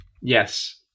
Yes